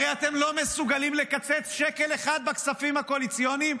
הרי אתם לא מסוגלים לקצץ שקל אחד בכספים הקואליציוניים.